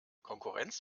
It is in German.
konkurrenz